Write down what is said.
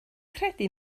credu